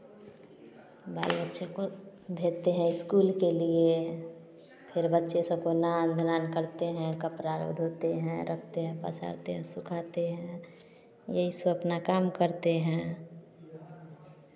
बाल बच्चे को भेजते हैं स्कूल के लिए फिर बच्चे सब को स्नान धुनान करते हैं कपड़ा भी धोते हैं रखते हैं पसारते हैं सुखाते हैं यही सब अपना काम करते हैं